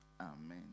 Amen